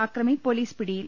അക്രമി പൊലീസ് പിടിയിൽ